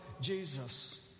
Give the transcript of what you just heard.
Jesus